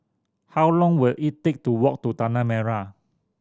how long will it take to walk to Tanah Merah